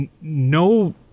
no